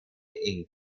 inc